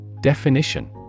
Definition